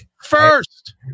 First